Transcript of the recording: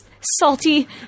salty